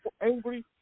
angry